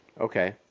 Okay